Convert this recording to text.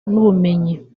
n’ubumenyi